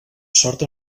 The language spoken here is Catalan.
sort